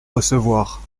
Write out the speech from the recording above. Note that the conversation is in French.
recevoir